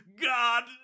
God